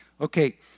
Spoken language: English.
Okay